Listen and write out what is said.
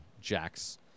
Jack's